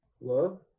Love